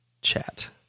chat